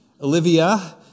Olivia